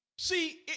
See